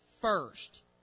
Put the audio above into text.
first